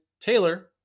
taylor